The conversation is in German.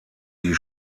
die